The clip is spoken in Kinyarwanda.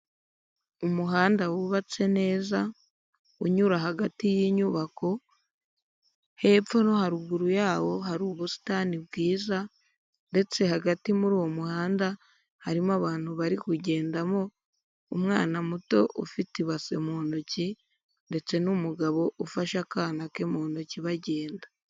Umuhanda wubatse neza unyura hagati y'inyubako, hepfo no haruguru yawo hari ubusitani bwiza ndetse hagati muri uwo muhanda harimo abantu bari kugendamo, umwana muto ufite ibase mu ntoki ndetse n'umugabo ufashe akana ke mu ntoki bagenda.